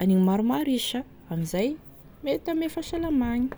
aniny maromaro izy sa, amin'izay mety ame fahasalamagny.